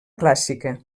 clàssica